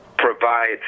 provide